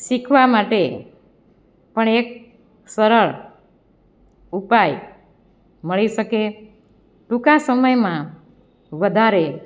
શીખવા માટે પણ એક સરળ ઉપાય મળી શકે ટૂંકા સમયમાં વધારે